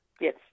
Yes